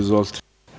Izvolite.